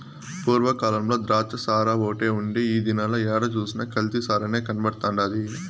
పూర్వ కాలంల ద్రాచ్చసారాఓటే ఉండే ఈ దినాల ఏడ సూసినా కల్తీ సారనే కనబడతండాది